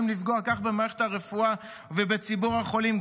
לפגוע כך במערכת הרפואה ובציבור החולים,